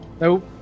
Nope